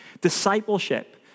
Discipleship